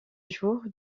jours